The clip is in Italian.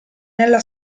nella